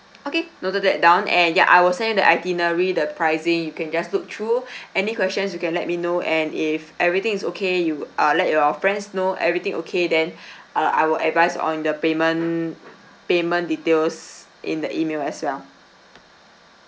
okay noted that down and ya I will send you the itinerary the pricing you can just look through any questions you can let me know and if everything is okay you uh let your friends know everything okay then uh I will advise on the payment payment details in the email as well